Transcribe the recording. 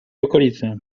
okolicy